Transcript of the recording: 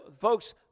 folks